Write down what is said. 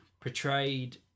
portrayed